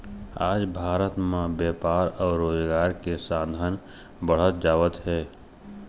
आज भारत म बेपार अउ रोजगार के साधन बाढ़त जावत हे